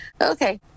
okay